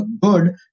good